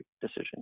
decision